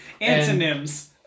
Antonyms